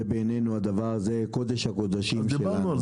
בעינינו זה קודש הקודשים.